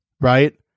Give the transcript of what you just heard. right